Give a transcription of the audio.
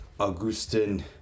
Augustin